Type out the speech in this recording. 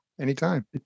anytime